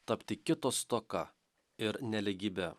tapti kito stoka ir nelygybe